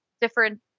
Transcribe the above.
different